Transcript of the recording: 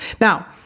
Now